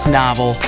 novel